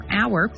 hour